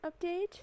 update